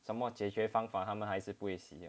什么解决方法他们还是不会洗